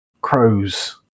Crows